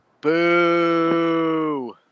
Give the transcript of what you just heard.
Boo